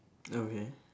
okay